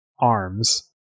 arms